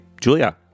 Julia